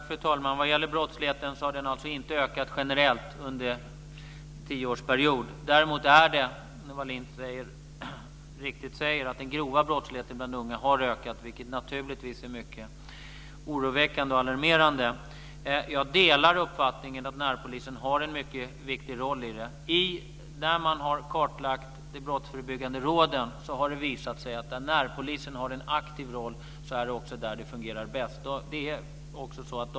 Fru talman! Vad gäller brottsligheten kan jag säga att den inte har ökat generellt under en tioårsperiod. Däremot är det så, som Gunnel Wallin mycket riktigt säger, att den grova brottsligheten bland unga har ökat, vilket naturligtvis är mycket oroväckande och alarmerande. Jag delar uppfattningen att närpolisen har en mycket viktig roll. När man har kartlagt de brottsförebyggande råden har det visat sig att det fungerar bäst där närpolisen har en aktiv roll.